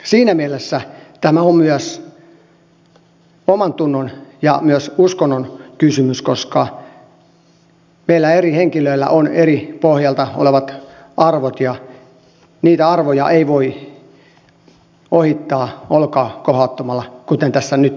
siinä mielessä tämä on myös omantunnon ja myös uskonnon kysymys koska meillä eri henkilöillä on eri pohjalta olevat arvot ja niitä arvoja ei voi ohittaa olkaa kohauttamalla kuten tässä nyt on käymässä